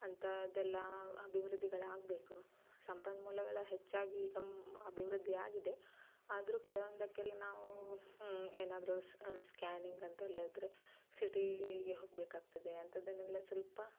ಅಂಥದೆಲ್ಲಾ ಅಭಿವೃದ್ದಿಗಳು ಆಗಬೇಕು ಸಂಪನ್ಮೂಲಗಳ ಹೆಚ್ಚಾಗಿ ಗಮ್ ಅಭಿವೃದ್ದಿಯಾಗಿದೆ ಆದರೂ ಕೆಲವೊಂದಕ್ಕೆಲ್ಲ ನಾವು ಏನಾದರು ಸ್ಕ್ಯಾನಿಂಗ್ ಅಂತ ಎಲ್ಲಾ ಇದ್ರೆ ಸಿಟಿಗೆ ಹೋಗ್ಬೆಕು ಆಗ್ತದೆ ಅಂಥದನೆಲ್ಲಾ ಸ್ವಲ್ಪ